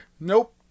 Nope